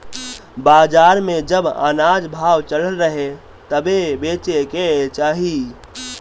बाजार में जब अनाज भाव चढ़ल रहे तबे बेचे के चाही